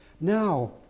Now